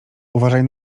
uważaj